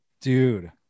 dude